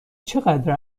چقدر